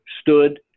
stood